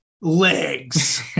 Legs